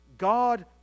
God